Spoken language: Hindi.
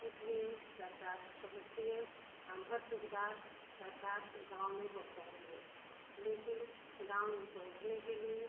इसलिए सरकार समझती है हम हर सुविधा सरकार गाँव में पहुँचा रही है लेकिन गाँव में पहुँचने के लिए